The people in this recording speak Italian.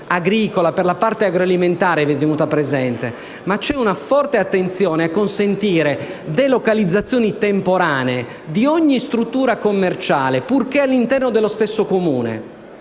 agricola e agroalimentare, è tenuto presente e per questo vi è una forte attenzione a consentire delocalizzazioni temporanee di ogni struttura commerciale, purché all'interno dello stesso Comune.